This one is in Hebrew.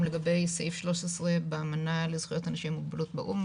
לגבי סעיף 13 באמנה לזכויות אנשים עם מוגבלות באו"ם,